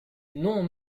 non